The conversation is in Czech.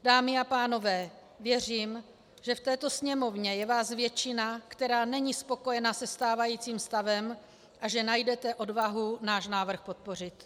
Dámy a pánové, věřím, že v této Sněmovně je vás většina, která není spokojená se stávajícím stavem, a že najdete odvahu náš návrh podpořit.